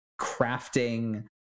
crafting